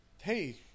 hey